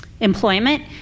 employment